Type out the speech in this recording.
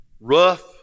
rough